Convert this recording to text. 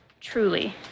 truly